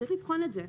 צריך לבחון את זה.